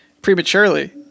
prematurely